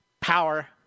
power